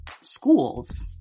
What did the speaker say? schools